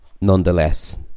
nonetheless